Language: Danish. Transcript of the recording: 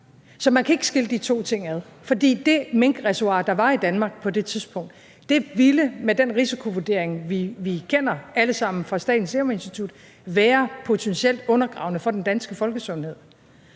Så man kan ikke skille de to ting ad. Det minkreservoir, der var i Danmark på det tidspunkt, ville med den risikovurdering, vi kender alle sammen fra Statens Serum Institut, være potentielt undergravende for den danske folkesundhed.